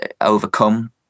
overcome